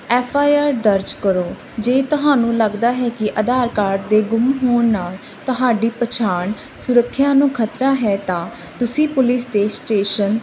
F I R ਦਰਜ ਕਰੋ ਜੇ ਤੁਹਾਨੂੰ ਲੱਗਦਾ ਹੈ ਕਿ ਆਧਾਰ ਕਾਰਡ ਦੇ ਗੁੰਮ ਹੋਣ ਨਾਲ ਤੁਹਾਡੀ ਪਛਾਣ ਸੁਰੱਖਿਆ ਨੂੰ ਖਤਰਾ ਹੈ ਤਾਂ ਤੁਸੀਂ ਪੁਲਿਸ ਸਟੇਸ਼ ਸਟੇਸ਼ਨ